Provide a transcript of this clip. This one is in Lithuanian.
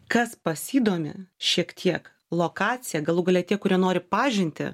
kas pasidomi šiek tiek lokacija galų gale tie kurie nori pažintį